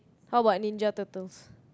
what about Ninja-Turtles